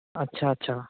ਅੱਛਾ ਅੱਛਾ